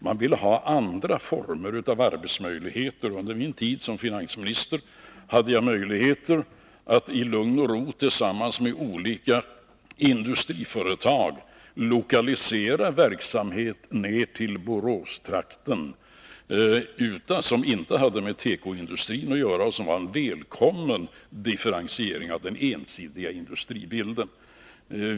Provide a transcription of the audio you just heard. Man ville ha andra former av arbetsmöjligheter. Under min tid som finansminister hade jag möjligheter att i lugn och ro tillsammans med olika industriföretag lokalisera verksamhet ner till Boråstrakten som inte hade med tekoindustrin att göra och som innebar en välkommen differentiering av den ensidiga industribilden.